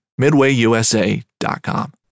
MidwayUSA.com